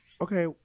okay